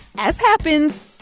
as happens,